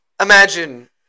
imagine